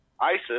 ISIS